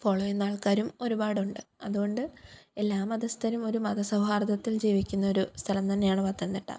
follow ചെയ്യുന്ന ആള്ക്കാരും ഒരുപാടുണ്ട് അതുകൊണ്ട് എല്ലാ മതസ്ഥരുമൊരു മതസൗഹാര്ദത്തില് ജീവിക്കുന്ന ഒരു സ്ഥലം തന്നെയാണ് പത്തനംതിട്ട